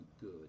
good